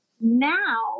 now